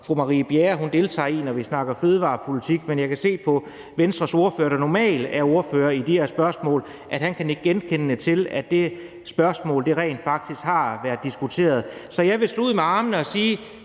fru Marie Bjerre normalt deltager i, altså når vi snakker om fødevarepolitik, men jeg kan se på Venstres ordfører, der normalt er ordfører i de her spørgsmål, at han kan nikke genkendende til, at det spørgsmål rent faktisk har været diskuteret. Så jeg vil slå ud med armene og sige,